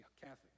Catholic